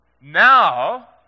Now